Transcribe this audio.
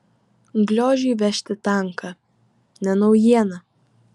gliožiui vežti tanką ne naujiena